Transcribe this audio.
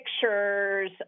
pictures